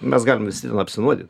mes galim visi ten apsinuodyt